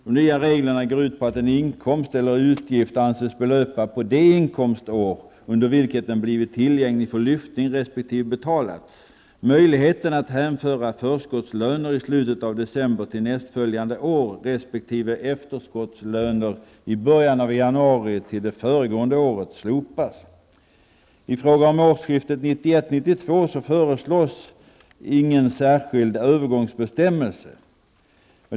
De nya reglerna går ut på att en inkomst eller utgift anses belöpa på det inkomstår under vilket den blivit tillgänglig för lyftning resp. I fråga om årsskiftet 1991-1992 föreslås ingen särskild övergångsbestämmelse.